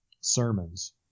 sermons